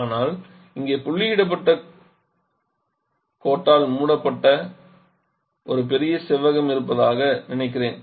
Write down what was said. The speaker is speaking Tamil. ஆனால் இங்கே புள்ளியிடப்பட்ட கோட்டால் மூடப்பட்ட ஒரு பெரிய செவ்வகம் இருப்பதாக நினைக்கிறேன்